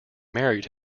married